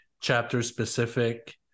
chapter-specific